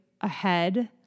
ahead